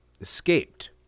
escaped